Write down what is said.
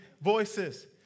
voices